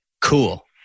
Cool